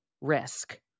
risk